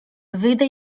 wyjdę